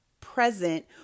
present